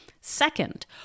Second